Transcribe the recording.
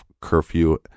curfew